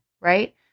Right